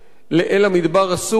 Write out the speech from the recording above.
אל המדבר הסורי.